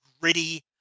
gritty